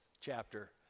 chapter